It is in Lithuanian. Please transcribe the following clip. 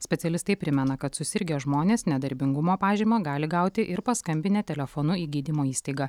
specialistai primena kad susirgę žmonės nedarbingumo pažymą gali gauti ir paskambinę telefonu į gydymo įstaigą